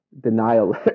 denial